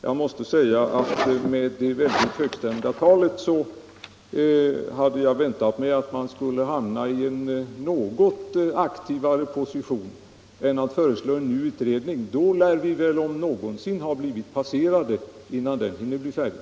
Jag måste säga att jag efter det högstämda talet av fröken Eliasson hade väntat mig att hon skulle hamna i en något mera positiv position än att bara föreslå en ny utredning, eftersom vi väl då, om någonsin, lär ha hunnit bli passerade innan den kan bli färdig.